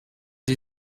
die